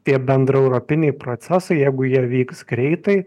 tie bendraeuropiniai procesai jeigu jie vyks greitai